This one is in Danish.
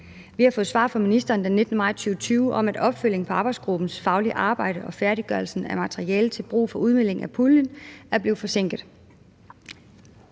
Vi har fået svar fra ministeren den 19. maj 2020 om, at opfølgningen på arbejdsgruppens faglige arbejde om færdiggørelsen af materialet til brug for udmøntning af puljen er blevet forsinket.